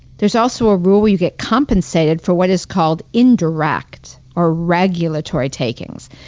there's also a rule where you get compensated for what is called indirect or regulatory takings.